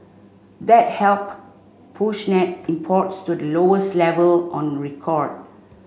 that help push net imports to the lowest level on record